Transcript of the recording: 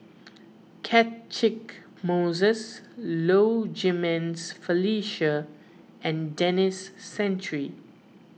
Catchick Moses Low Jimenez Felicia and Denis Santry